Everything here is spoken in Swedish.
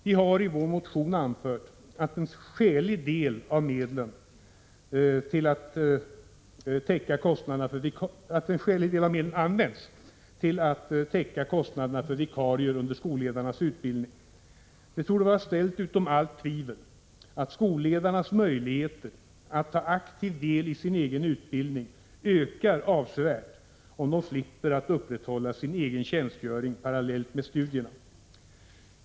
Vi har i vår motion anfört att en skälig del av medlen bör användas till att täcka kostnaderna för vikarier under skolledarnas utbildning. Det torde vara ställt utom allt tvivel att skolledarnas möjligheter att ta aktiv del i sin egen utbildning ökar avsevärt om de slipper att upprätthålla sin egen tjänstgöring parallellt med studierna.